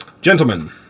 gentlemen